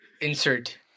insert